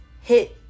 hit